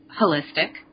holistic